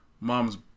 mom's